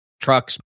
Trucks